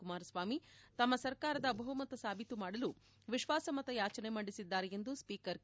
ಕುಮಾರಸ್ವಾಮಿ ತಮ್ಮ ಸರ್ಕಾರದ ಬಹುಮತ ಸಾಬೀತು ಮಾಡಲು ವಿಶ್ಲಾಸಮತ ಯಾಚನೆ ಮಂಡಿಸಿದ್ದಾರೆ ಎಂದು ಸ್ಸೀಕರ್ ಕೆ